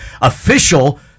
official